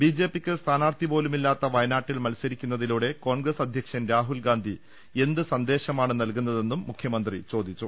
B J പിക്ക് സ്ഥാനാർത്ഥി പോലുമില്ലാത്ത വയനാട്ടിൽ മത്സരിക്കുന്നതിലൂടെ കോൺഗ്രസ് അധ്യക്ഷൻ രാഹുൽഗാന്ധി എന്ത് സന്ദേശമാണ് നൽകുന്ന തെന്നും മുഖ്യമന്ത്രി ചോദിച്ചു